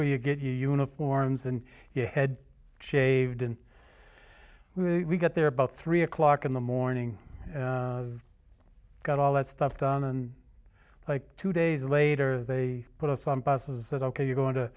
where you get uniforms and head shaved and we got there about three o'clock in the morning got all that stuff done and like two days later they put us on buses that ok you're going to